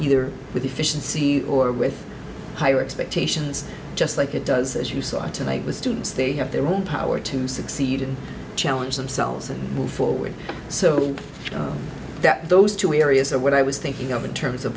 either with efficiency or with higher expectations just like it does as you saw tonight with students they have their own power to succeed and challenge themselves and move forward so that those two areas are what i was thinking of in terms of